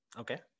Okay